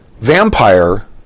Vampire